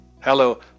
Hello